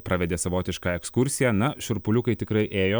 pravedė savotišką ekskursiją na šiurpuliukai tikrai ėjo